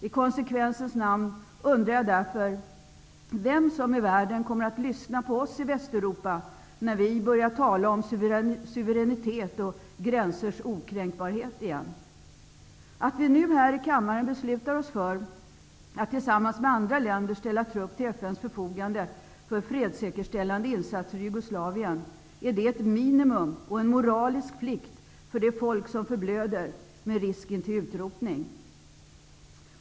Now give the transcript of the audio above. I konsekvensens namn undrar jag därför vem i världen som kommer att lyssna på oss i Västeuropa, när vi börjar tala om suveränitet och gränsers okränkbarhet igen. Att vi nu här i kammaren beslutar oss för att tillsammans med andra länder ställa trupp till FN:s förfogande för en fredssäkerställande insats i Jugoslavien är ett minimum och en moralisk plikt gentemot det folk som förblöder med risk intill utrotning.